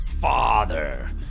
father